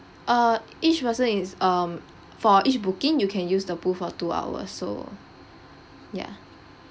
uh each person is um for each booking you can use the pool for two hours so ya